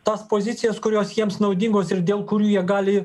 tas pozicijas kurios jiems naudingos ir dėl kurių jie gali